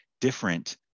different